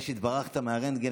אחרי שהתברכת מהרנטגן,